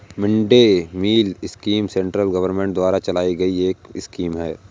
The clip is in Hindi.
mid day meal scheme central government द्वारा चलाई गई एक स्कीम है